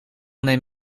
neem